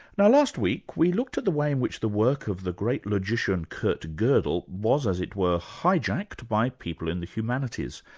now last week, we looked at the way in which the work of the great logician kurt godel was, as it were, hijacked by people in the humanities,